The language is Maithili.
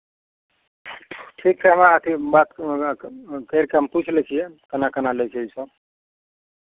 ठीक छै हमरा अथी बात हमरा करि कऽ हम पुछि लै छियै केना केना लै छै इसभ